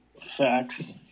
Facts